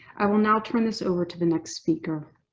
i will now turn this over to the next speaker.